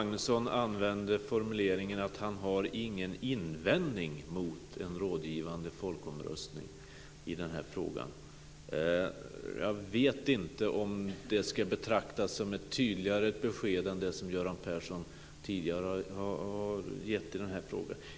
Fru talman! Magnusson sade att han har ingen invändning mot en rådgivande folkomröstning när det gäller den här frågan. Jag vet inte om det ska betraktas som ett tydligare besked än det som Göran Persson tidigare har gett i den här frågan.